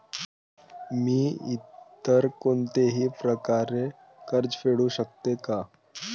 मी इतर कोणत्याही प्रकारे कर्ज फेडू शकते का?